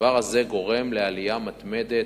הדבר הזה גורם לעלייה מתמדת,